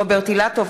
רוברט אילטוב,